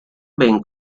ben